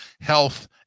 health